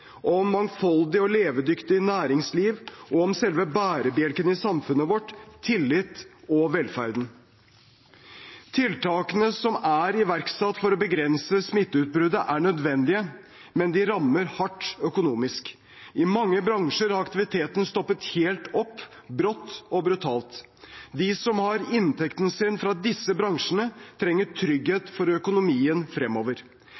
om et mangfoldig og levedyktig næringsliv, og om selve bærebjelken i samfunnet vårt: tillit og velferd. Tiltakene som er iverksatt for å begrense smitteutbruddet, er nødvendige, men de rammer hardt økonomisk. I mange bransjer har aktiviteten stoppet helt opp, brått og brutalt. De som har inntekten sin fra disse bransjene, trenger trygghet for økonomien fremover.